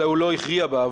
אלא הוא לא הכריע בה,